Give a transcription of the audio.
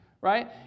right